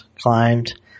climbed